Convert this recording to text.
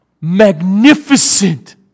magnificent